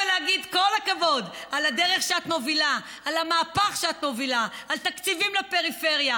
למה לא באת לשדרות לפסטיבל,